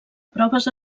proves